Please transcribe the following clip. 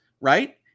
right